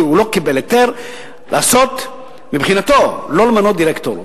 שהוא לא קיבל היתר, מבחינתו, למנות דירקטור.